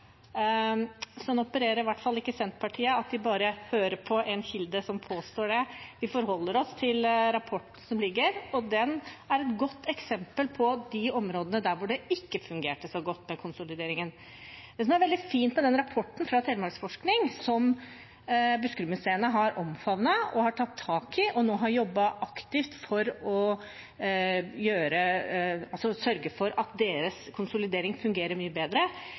opererer i hvert fall ikke Senterpartiet: at vi bare hører på én kilde som påstår det. Vi forholder oss til den rapporten som foreligger, og den er et godt eksempel på de områdene hvor det ikke fungerte så godt med konsolideringen. Det som er veldig fint med den rapporten fra Telemarksforsking som Buskerudmuseet har omfavnet og tatt tak i, ved at de nå har jobbet aktivt for å sørge for at deres konsolidering fungerer mye bedre,